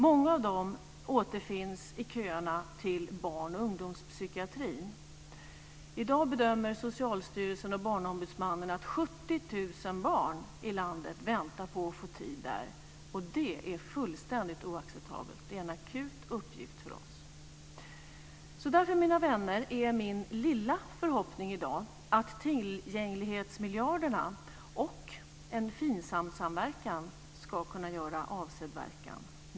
Många av dem återfinns i köerna till barn och ungdomspsykiatrin. I dag bedömer Socialstyrelsen och Barnombudsmannen att 70 000 barn i landet väntar på att få tid där. Det är fullständigt oacceptabelt. Det är en akut uppgift för oss. Därför, mina vänner, är min lilla förhoppning i dag att tillgänglighetsmiljarderna och en Finsamsamverkan ska kunna göra avsedd verkan.